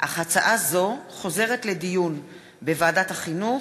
אך הצעה זאת חוזרת לדיון בוועדת החינוך,